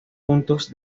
puntos